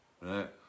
right